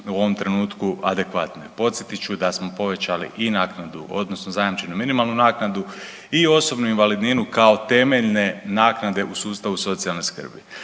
u ovom trenutku adekvatne. Podsjetit ću da smo povećali i naknadu odnosno zajamčenu minimalnu naknadu i osobnu invalidninu kao temeljne naknade u sustavu socijalne skrbi.